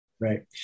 Right